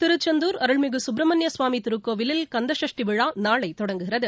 திருச்செந்தூர் அருள்மிகு கப்ரமணியசுவாமி திருக்கோவிலில் கந்த சஷ்டி விழா நாளை தொடங்குகிறது